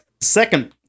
Second